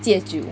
戒酒